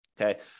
okay